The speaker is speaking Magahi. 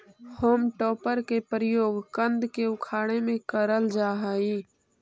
होम टॉपर के प्रयोग कन्द के उखाड़े में करल जा हई